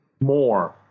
more